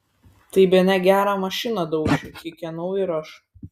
tai bene gerą mašiną dauši kikenau ir aš